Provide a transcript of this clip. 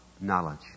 knowledge